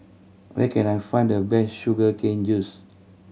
where can I find the best sugar cane juice